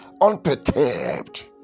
unperturbed